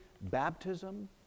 baptism